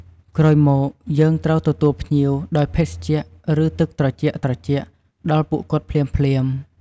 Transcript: ក្រោយមកយើងត្រូវទទួលភ្ញៀវដោយ ភេសជ្ជៈ ឬទឹកត្រជាក់ៗ ដល់ពួកគាត់ភ្លាមៗ។